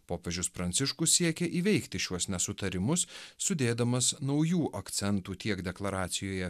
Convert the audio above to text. popiežius pranciškus siekia įveikti šiuos nesutarimus sudėdamas naujų akcentų tiek deklaracijoje